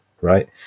right